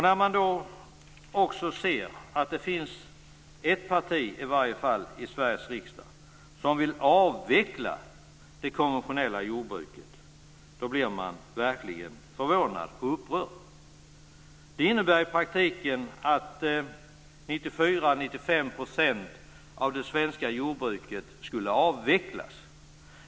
När man dessutom ser att det finns i varje fall ett parti i Sveriges riksdag som vill avveckla det konventionella jordbruket blir man verkligen förvånad och upprörd. Det innebär i praktiken att 94-95 % av det svenska jordbruket skulle avvecklas.